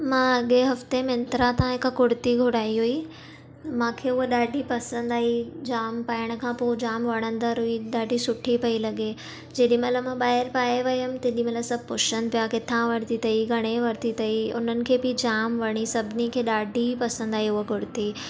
मां अॻे हफ़्ते मिंत्रा तां हिकु कुर्ती घुराई हुई मूंखे हूअ ॾाढी पसंदि आई जाम पाइण खां पोइ जाम वणंदड़ हुई ॾाढी सुठी पई लॻे जॾहिं महिल मां ॿाहिरि पाइ वयमि तॾहिं महिल सभु पुछनि पिया किथां वरिती अथी घणे वरिती अथई हुननि खे बि जाम वणी सभिनी खे ॾाढी पसंदि आई हूअ कुर्ती